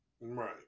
Right